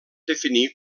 definir